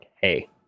Hey